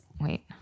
wait